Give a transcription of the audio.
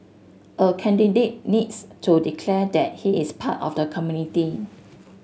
a candidate needs to declare that he is part of the community